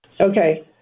Okay